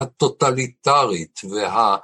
הטוטליטארית וה...